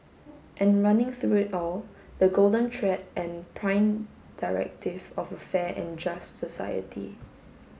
and running through it all the golden thread and prime directive of a fair and just society